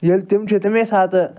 ییٚلہِ تِم چھِ تمے ساتہٕ